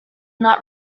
not